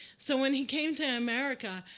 so when he came to america,